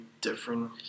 different